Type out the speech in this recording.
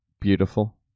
beautiful